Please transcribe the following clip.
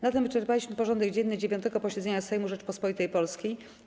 Na tym wyczerpaliśmy porządek dzienny 9. posiedzenia Sejmu Rzeczypospolitej Polskiej.